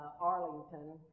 Arlington